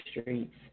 streets